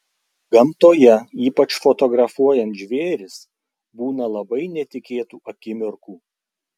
gamtoje ypač fotografuojant žvėris būna labai netikėtų akimirkų